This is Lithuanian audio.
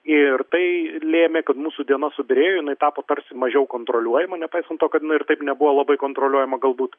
ir tai lėmė kad mūsų diena subyrėjo jinai tapo tarsi mažiau kontroliuojama nepaisant to kad jinai ir taip nebuvo labai kontroliuojama galbūt